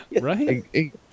Right